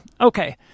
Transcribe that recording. okay